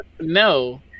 no